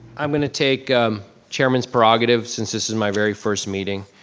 i'm gonna take chairman's prerogatives since this is my very first meeting.